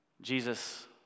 Jesus